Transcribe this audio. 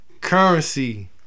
Currency